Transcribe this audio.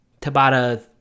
Tabata